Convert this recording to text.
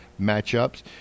matchups